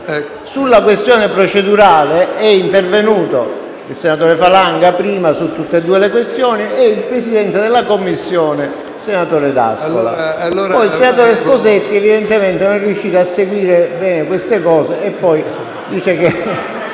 Sulla questione procedurale sono intervenuti il senatore Falanga (su tutte e due le questioni) e, poi, il presidente della Commissione giustizia, senatore D'Ascola. Poi il senatore Sposetti evidentemente non è riuscito a seguire bene queste cose.